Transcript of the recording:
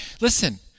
Listen